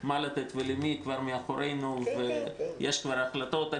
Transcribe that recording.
מה לתת ולמי כבר מאחורינו ויש כבר החלטות.